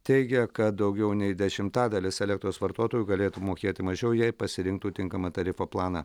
teigia kad daugiau nei dešimtadalis elektros vartotojų galėtų mokėti mažiau jei pasirinktų tinkamą tarifo planą